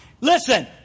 Listen